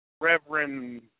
Reverend